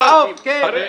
ברווחת העוף, כן.